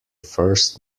first